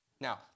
Now